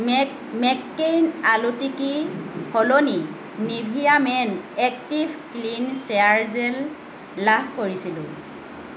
make McCain আলু টিকিৰ সলনি Nivea men active clean shower gel লাভ কৰিছিলোঁ